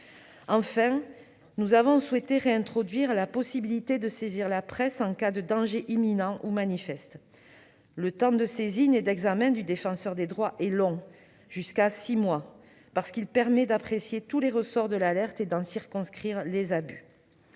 Enfin, nous avons souhaité réintroduire la possibilité de saisir la presse en cas de danger imminent ou manifeste. Le temps de saisine et d'examen du Défenseur des droits est long, jusqu'à six mois, ce qui permet d'apprécier tous les ressorts de l'alerte et d'en circonscrire les abus.